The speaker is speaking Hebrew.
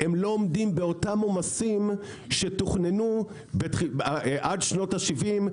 הם לא עומדים באותם עומסים שתוכננו עד שנות ה-70,